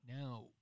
Now